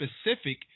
specific